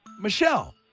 Michelle